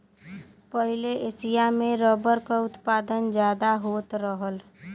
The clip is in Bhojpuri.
पहिले एसिया में रबर क उत्पादन जादा होत रहल